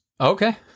okay